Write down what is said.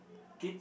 kids